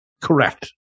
Correct